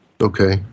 Okay